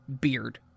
beard